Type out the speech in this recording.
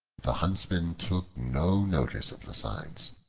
the huntsman took no notice of the signs,